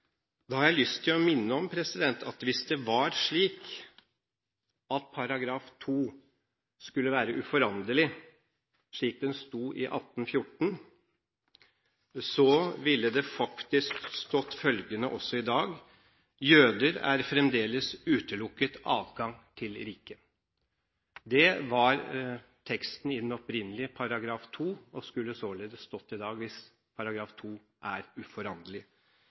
Da har jeg lyst til å minne om at hvis det var slik at § 2 skulle være uforanderlig slik den sto i 1814, ville det faktisk stått følgende også i dag: «Jøder ere fremdeles udelukkede fra Adgang til Riget.» Det var teksten i den opprinnelige § 2, og skulle således stått i dag hvis § 2 var uforanderlig.